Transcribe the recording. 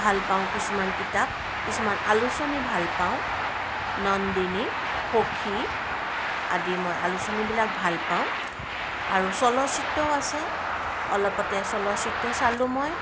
ভাল পাওঁ কিছুমান কিতাপ কিছুমান আলোচনী ভাল পাওঁ নন্দিনী সখী আদি আলোচনীবিলাক ভাল পাওঁ আৰু চলচিত্ৰও আছে অলপতে চলচিত্ৰ চালোঁ মই